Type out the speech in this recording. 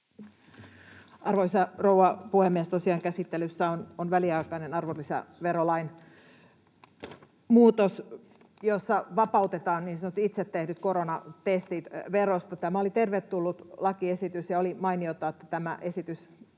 Arvoisa rouva puhemies! Tosiaan käsittelyssä on väliaikainen arvonlisäverolain muutos, jossa vapautetaan niin sanotut itse tehdyt koronatestit verosta. Tämä oli tervetullut lakiesitys, ja oli mainiota, että tämä esitys